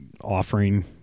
offering